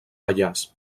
pallars